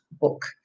book